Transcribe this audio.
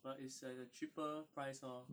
but it's like the cheaper price lor